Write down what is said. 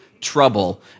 trouble